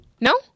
No